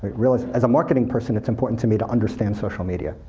really, as a marketing person, it's important to me to understand social media.